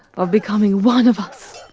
of becoming one of us!